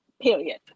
period